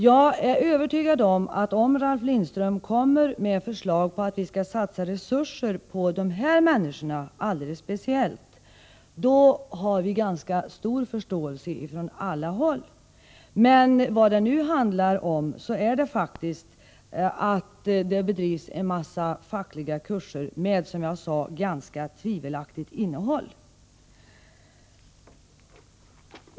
Jag är övertygad om att om Ralf Lindström framlägger förslag om att vi skall satsa resurser alldeles speciellt på de människorna kommer det att vinna ganska stor förståelse från alla håll. Men vad det nu handlar om är faktiskt att det bedrivs en massa fackliga kurser med, som jag sade, ganska tvivelaktigt innehåll.